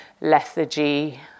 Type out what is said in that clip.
lethargy